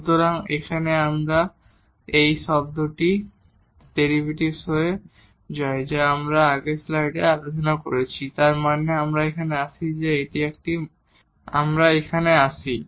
সুতরাং এখানে এই শব্দটি ডেরিভেটিভ হয়ে যায় যা আমরা আগের স্লাইডে আলোচনা করেছি তার মানে আমরা এখানে আসি